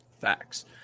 Facts